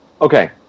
Okay